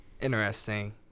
interesting